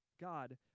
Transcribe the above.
God